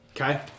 Okay